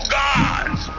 gods